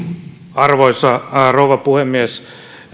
arvoisa rouva puhemies